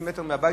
30 מטר מביתי.